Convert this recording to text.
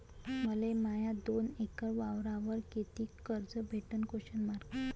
मले माया दोन एकर वावरावर कितीक कर्ज भेटन?